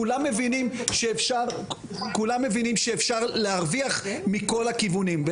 כולם מבינים שאפשר להרוויח מכל הכיוונים.